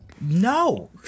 No